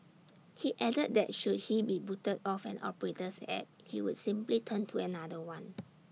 he added that should he be booted off an operator's app he would simply turn to another one